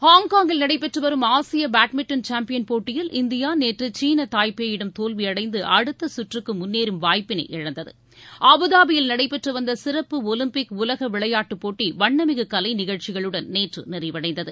ஹாங்காங்கில் நடைபெற்றுவரும் ஆசிய பேட்மிண்டன் சாம்பியன் போட்டியில் இந்தியா நேற்று சீன தாய்பெயிடம் தோல்வியடைந்து அடுத்த சுற்றுக்கு முன்னேறும் வாய்ப்பினை இழந்தது அபுதாபியில் நடைபெற்றுவந்த சிறப்பு ஒலிம்பிக் உலக விளையாட்டுப் போட்டி வண்ணமிகு கலை நிகழ்ச்சிகளுடன் நேற்று நிறைவடைந்தது